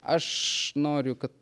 aš noriu kad